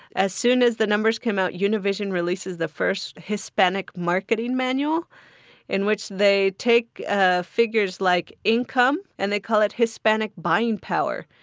as soon as the numbers came out, univision releases the first hispanic marketing manual in which they take ah figures like income, and they call it hispanic buying power.